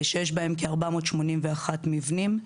שיש בהם כ-481 מבנים.